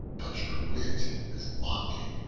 but your wit is wanting.